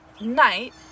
night